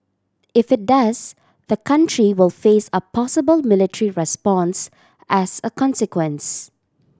if it does the country will face a possible military response as a consequence